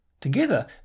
Together